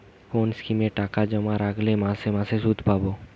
কোন স্কিমে টাকা জমা রাখলে মাসে মাসে সুদ পাব?